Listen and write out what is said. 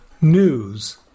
News